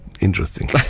Interesting